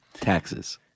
Taxes